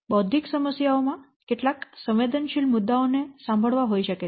બૌદ્ધિક સમસ્યાઓ માં કેટલાક સંવેદનશીલ મુદ્દાઓ ને સાંભળવા હોઈ શકે છે